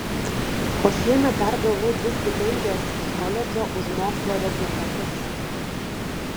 o šiemet dar gavau dvi stipendijas iš koledžo už mokslo rezultatus